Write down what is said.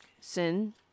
Sin